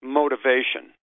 motivation